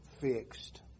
fixed